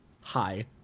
hi